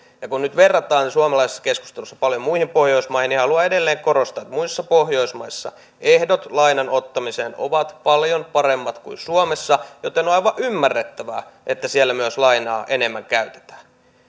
ja kun nyt verrataan suomalaisessa keskustelussa paljon muihin pohjoismaihin niin haluan edelleen korostaa että muissa pohjoismaissa ehdot lainan ottamiseen ovat paljon paremmat kuin suomessa joten on aivan ymmärrettävää että siellä lainaa myös enemmän käytetään